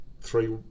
three